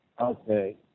Okay